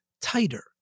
tighter